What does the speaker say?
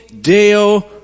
Deo